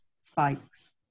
spikes